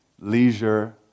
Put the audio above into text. leisure